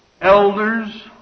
elders